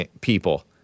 people